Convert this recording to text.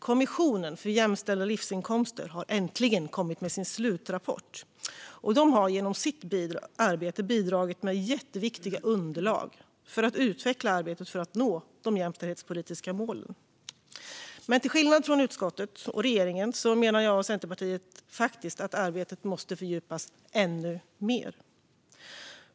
Kommissionen för jämställda livsinkomster har äntligen kommit med sin slutrapport. De har genom sitt arbete bidragit med jätteviktiga underlag för att utveckla arbetet för att nå de jämställdhetspolitiska målen. Till skillnad från utskottet och regeringen menar jag och Centerpartiet dock att arbetet måste fördjupas ännu mer.